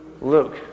Luke